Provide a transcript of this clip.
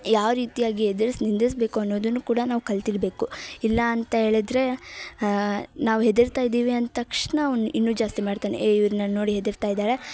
ಯಾವ ರೀತಿಯಾಗಿ ಎದುರ್ಸಿ ನಿಂದಿರ್ಸಬೇಕು ಅನ್ನೋದನ್ನು ಕೂಡ ನಾವು ಕಲ್ತಿರಬೇಕು ಇಲ್ಲಾಂತ ಹೇಳಿದ್ರೆ ನಾವು ಹೆದರ್ತಾ ಇದ್ದೀವಿ ಅಂದ ತಕ್ಷಣ ಅವನು ಇನ್ನು ಜಾಸ್ತಿ ಮಾಡ್ತಾನೆ ಏ ಇವ್ರು ನನ್ನ ನೋಡಿ ಹೆದರ್ತಾ ಇದ್ದಾರೆ